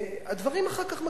הדברים אחר כך מקצינים,